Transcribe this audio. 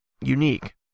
unique